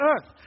earth